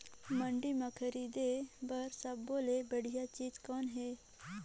मंडी म खरीदे बर सब्बो ले बढ़िया चीज़ कौन हे?